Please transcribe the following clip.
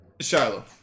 Shiloh